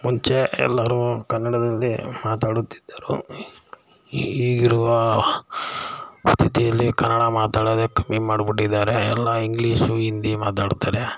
ಮುಂಚೆ ಎಲ್ಲರೂ ಕನ್ನಡದಲ್ಲಿ ಮಾತಾಡುತ್ತಿದ್ದರು ಈ ಈಗಿರುವ ಅಲ್ಲಿ ಕನ್ನಡ ಮಾತಾಡೋದೇ ಕಮ್ಮಿ ಮಾಡ್ಬಿಟ್ಟಿದ್ದಾರೆ ಎಲ್ಲ ಇಂಗ್ಲೀಷು ಹಿಂದಿ ಮಾತಾಡ್ತಾರೆ